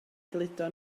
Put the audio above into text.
gludo